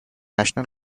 national